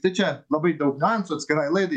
tai čia labai daug niuansų atskirai laidai